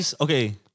Okay